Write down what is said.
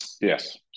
Yes